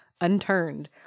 unturned